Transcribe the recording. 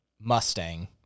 Mustang